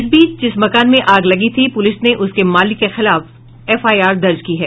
इस बीच जिस मकान में आग लगी थी प्रलिस ने उसके मालिक के खिलाफ एफआईआर दर्ज की है